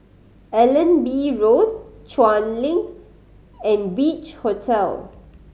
Allenby Road Chuan Link and Beach Hotel